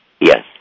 Yes